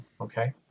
Okay